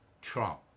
Trump